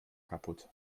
kaputt